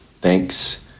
Thanks